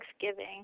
Thanksgiving